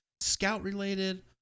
scout-related